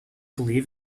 believe